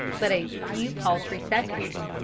but a few paltry seconds.